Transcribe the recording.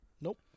Nope